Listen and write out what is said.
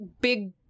big